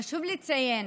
חשוב לציין